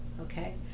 okay